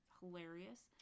hilarious